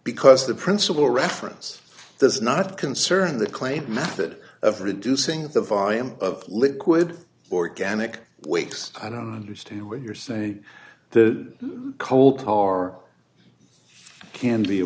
because the principle reference does not concern the claim that of reducing the volume of liquid organic wakes i don't understand what you're saying that coal tar can be a